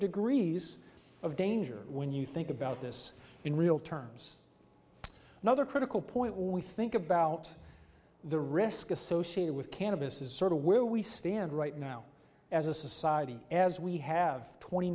degrees of danger when you think about this in real terms another critical point when we think about the risk associated with cannabis as sort of where we stand right now as a society as we have twenty